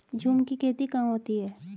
झूम की खेती कहाँ होती है?